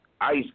Ice